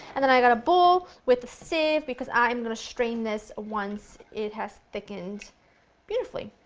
and then i've got a bowl with a sieve because i am going to strain this once it has thickened beautifully.